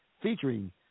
featuring